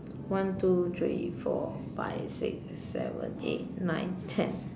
one two three four five six seven eight nine ten